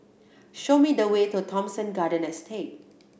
show me the way to Thomson Garden Estate